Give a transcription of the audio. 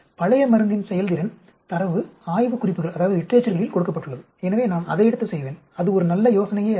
பழைய மருந்தின் செயல்திறன் தரவு ஆய்வு குறிப்புகளில் கொடுக்கப்பட்டுள்ளது எனவே நான் அதை எடுத்து செய்வேன் அது ஒரு நல்ல யோசனையே அல்ல